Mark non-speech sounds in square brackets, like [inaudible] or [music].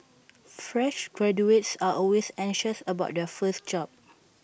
fresh graduates are always anxious about their first job [noise]